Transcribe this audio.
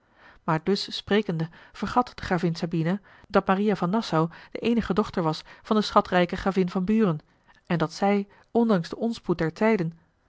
maar dus sprekende vergat de gravin sabina dat maria van nassau de eenige dochter was van de schatrijke gravin van buren en dat zij ondanks den onspoed der tijden